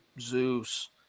Zeus